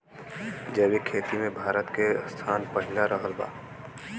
जैविक खेती मे भारत के स्थान पहिला रहल बा